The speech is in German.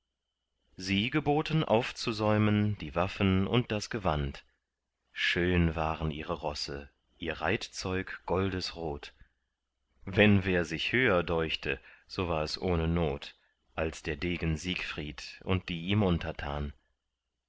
sie geboten aufzusäumen die waffen und das gewand schön waren ihre rosse ihr reitzeug goldesrot wenn wer sich höher deuchte so war es ohne not als der degen siegfried und die ihm untertan